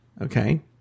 Okay